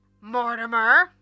Mortimer